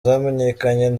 zamenyekanye